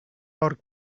porc